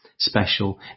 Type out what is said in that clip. special